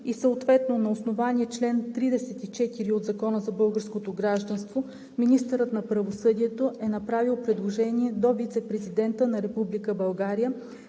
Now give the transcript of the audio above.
и съответно на основание чл. 34 от Закона за българското гражданство министърът на правосъдието е направил предложение до Вицепрезидента на Република